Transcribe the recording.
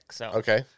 Okay